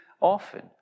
often